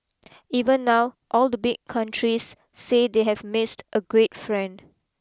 even now all the big countries say they have missed a great friend